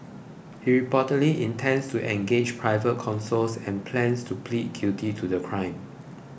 he reportedly intends to engage private counsels and plans to plead guilty to the crime